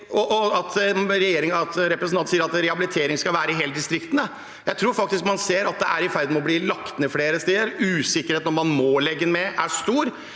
det representanten sier om at rehabilitering skal være i distriktene: Jeg tror faktisk man ser at man er i ferd med å legge ned flere steder, og usikkerheten om man må legge ned, er stor.